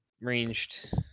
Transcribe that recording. ranged